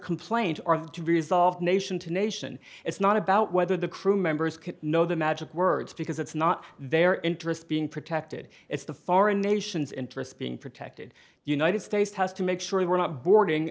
complaint or to resolve the nation to nation it's not about whether the crewmembers can know the magic words because it's not their interest being protected it's the foreign nation's interest being protected united states has to make sure that we're not boarding